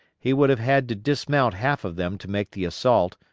he would have had to dismount half of them to make the assault,